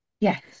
Yes